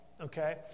Okay